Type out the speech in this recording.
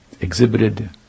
exhibited